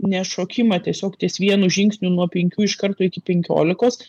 nešokimą tiesiog ties vienu žingsniu nuo penkių iš karto iki penkiolikos